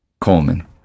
Coleman